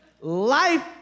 Life